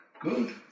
Good